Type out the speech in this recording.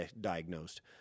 diagnosed